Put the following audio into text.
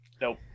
Nope